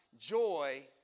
joy